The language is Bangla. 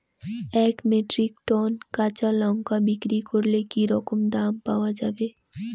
এক মেট্রিক টন কাঁচা লঙ্কা বিক্রি করলে কি রকম দাম পাওয়া যাবে?